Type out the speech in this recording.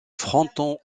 fronton